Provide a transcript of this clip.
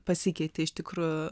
pasikeitė iš tikrųjų